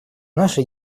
наши